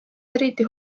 eriti